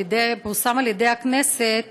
שפורסם על ידי הכנסת,